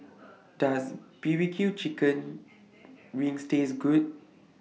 Does B B Q Chicken Wings Taste Good